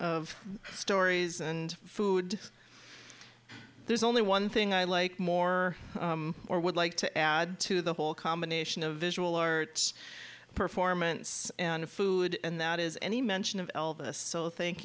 of stories and food there's only one thing i like more or would like to add to the whole combination of visual arts performance and food and that is any mention of elvis so think